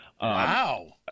Wow